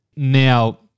Now